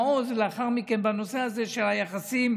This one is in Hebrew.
ולטובת מדינת ישראל סכום של מעל מיליארד דולרים.